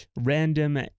random